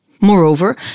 Moreover